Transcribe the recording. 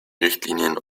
richtlinien